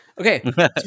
Okay